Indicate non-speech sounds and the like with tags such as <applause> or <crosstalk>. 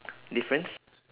<noise> difference